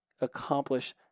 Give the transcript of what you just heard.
accomplish